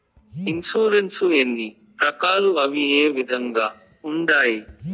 insurance ఎన్ని రకాలు అవి ఏ విధంగా ఉండాయి